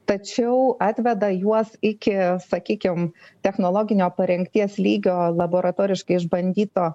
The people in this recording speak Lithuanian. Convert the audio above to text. tačiau atveda juos iki sakykim technologinio parengties lygio laboratoriškai išbandyto